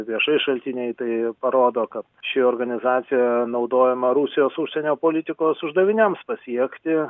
viešai šaltiniai tai parodo kad ši organizacija naudojama rusijos užsienio politikos uždaviniams pasiekti